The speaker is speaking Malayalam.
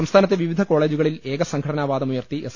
സംസ്ഥാനത്തെ വിവിധ കോളേജുകളിൽ ഏക സംഘടനാ വാദമുയർത്തി എസ്